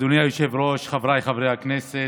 אדוני היושב-ראש, חבריי חברי הכנסת,